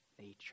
nature